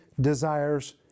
desires